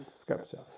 scriptures